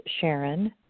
Sharon